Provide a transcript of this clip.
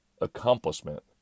accomplishment